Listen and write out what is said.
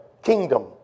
Kingdom